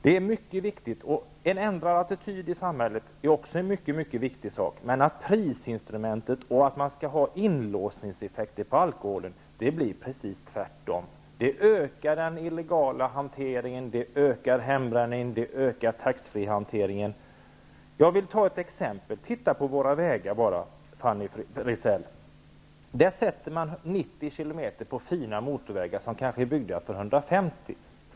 Det är viktigt med en ändrad attityd i samhället. Men prisinstrumentet och inlåsningseffekter på alkoholen gör att det blir precis tvärtom. Den illegala hanteringen, hembränningen och taxfree-hanteringen ökar. Låt mig ge ett exempel. Se hur det är med vägarna, Fanny Rizell. Fina motorvägar, byggda för hastigheter på upp till 150 kilometer i timmen, hastighetsbegränsas till 90 kilometer i timmen.